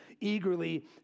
eagerly